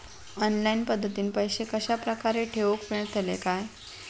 Online पद्धतीन पैसे कश्या प्रकारे ठेऊक मेळतले काय?